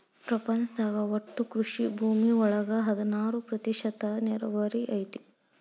ಪ್ರಪಂಚದಾಗ ಒಟ್ಟು ಕೃಷಿ ಭೂಮಿ ಒಳಗ ಹದನಾರ ಪ್ರತಿಶತಾ ನೇರಾವರಿ ಐತಿ